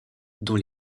dont